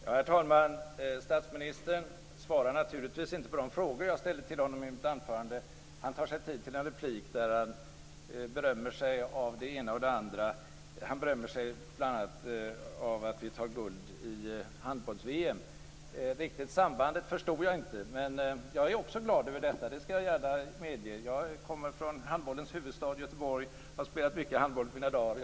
Herr talman! Statsministern svarar naturligtvis inte på de frågor jag ställde till honom i mitt anförande. Han tar sig tid till en replik där han berömmer sig av det ena och det andra. Han berömmer sig bl.a. av att vi tar guld i handbolls-VM. Jag förstod inte riktigt sambandet. Jag är också glad över detta. Det skall jag gärna medge. Jag kommer från handbollens huvudstad, Göteborg. Jag har spelat mycket handboll i mina dagar.